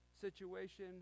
situation